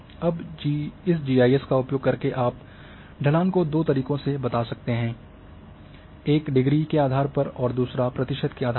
अब इस G I S का उपयोग करके आप ढलान को दो तरीकों से बता सकते हैं एक डिग्री के आधार पर और दूसरा प्रतिशत के आधार पर